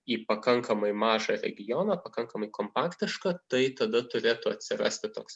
į pakankamai mažą regioną pakankamai kompaktišką tai tada turėtų atsirasti toks